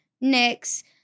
next